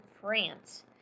france